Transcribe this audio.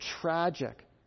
tragic